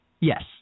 Yes